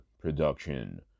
production